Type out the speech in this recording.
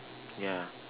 yeah